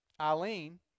Eileen